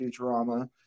Futurama